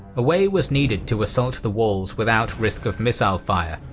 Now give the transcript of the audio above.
a way was needed to assault the walls without risk of missile fire,